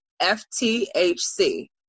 F-T-H-C